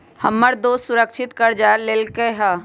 हमर दोस सुरक्षित करजा लेलकै ह